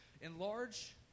Enlarge